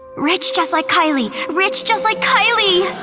rich just like kylie. rich just like kylie,